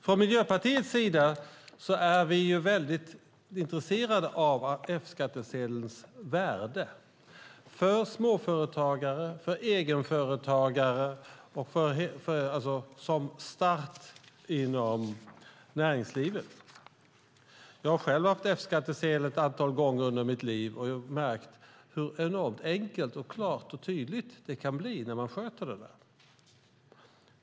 Från Miljöpartiets sida är vi väldigt intresserade av F-skattsedelns värde för småföretagare och egenföretagare och som start inom näringslivet. Jag har själv haft F-skattsedel ett antal gånger under mitt liv och har märkt hur enormt enkelt, klart och tydligt det kan bli när man sköter det där.